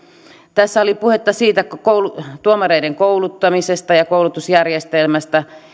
tässä oli puhetta tuomareiden kouluttamisesta ja koulutusjärjestelmästä